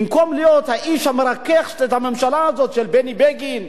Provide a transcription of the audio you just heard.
במקום להיות האיש המרכך את הממשלה הזאת של בני בגין,